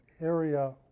area